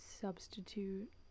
substitute